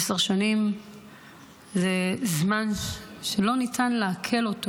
עשר שנים הן זמן שלא ניתן לעכל.